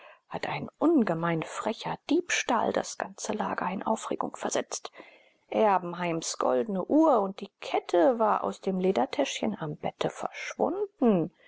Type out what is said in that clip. hat ein ungemein frecher diebstahl das ganze lager in aufregung versetzt erbenheims goldne uhr und kette war aus dem ledertäschchen am bette verschwunden